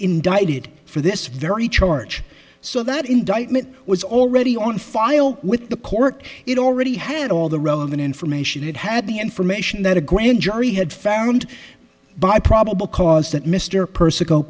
indicted for this very charge so that indictment was already on file with the court it already had all the relevant information it had the information that a grand jury had found by probable cause that mr person